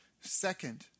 Second